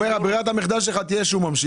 הוא אומר שברירת המחדל שלך תהיה שהוא ממשיך,